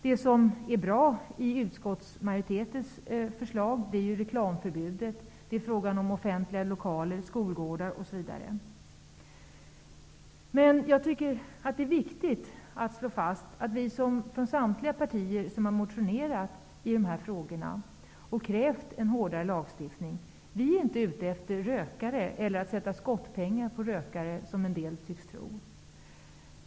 Det som är bra i utskottsmajoritetens förslag är reklamförbudet. Det är fråga om offentliga lokaler, skolgårdar osv. Men jag tycker att det är viktigt att slå fast att vi från samtliga partier som har motionerat i de här frågorna och krävt en hårdare lagstiftning inte är ute efter rökarna eller efter att sätta skottpengar på rökare, som en del tycks tro.